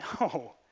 No